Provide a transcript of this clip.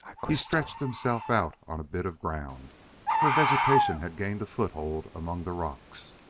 he stretched himself out on a bit of ground where vegetation had gained a foothold among the rocks.